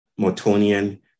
Mortonian